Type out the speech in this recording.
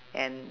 and